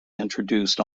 introduced